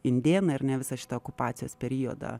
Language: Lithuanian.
indėnai ar ne visą šitą okupacijos periodą